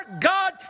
God